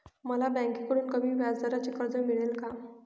मला बँकेकडून कमी व्याजदराचे कर्ज मिळेल का?